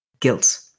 guilt